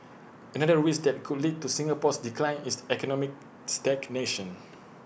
another risk that could lead to Singapore's decline is economic stagnation